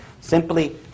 Simply